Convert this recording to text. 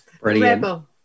Rebel